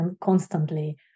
constantly